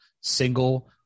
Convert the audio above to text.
single